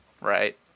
right